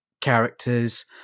characters